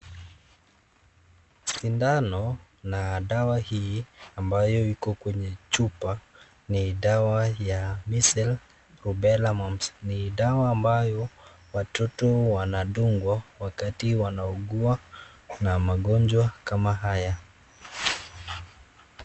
Sindano na dawa hii ambayo iko kwenye chupa ni dawa ya measle, rubella, mumps . Ni dawa ambayo watoto wanadungwa wakati wanaugua na magonjwa kama haya.